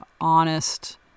honest